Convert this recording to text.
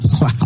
Wow